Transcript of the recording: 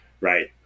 right